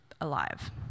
alive